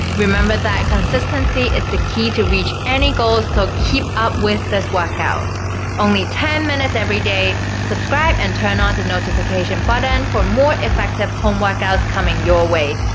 remember that consistency is the key to reach any goal. so keep up with this workout only ten minutes every day subscribe and turn on the notification button for more effective home workouts coming your way.